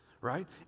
right